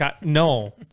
no